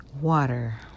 water